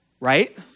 Right